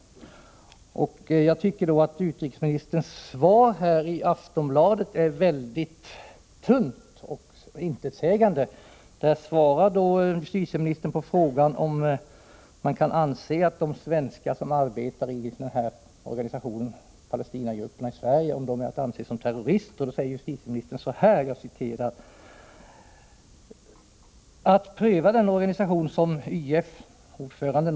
Jag tycker att justitieministerns svar i Aftonbladet är väldigt tunt och intetsägande. Justitieministern svarar på frågan om man kan anse att de svenskar som arbetar i en organisation som Palestinagrupperna i Sverige är att anse som terrorister: ”Att pröva den organisation som Y.F.